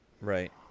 right